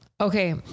Okay